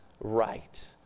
right